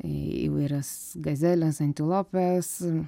įvairias gazeles antilopes